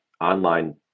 online